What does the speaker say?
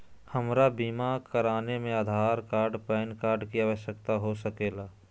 हमरा बीमा कराने में आधार कार्ड पैन कार्ड की आवश्यकता हो सके ला?